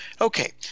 okay